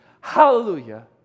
Hallelujah